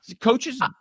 coaches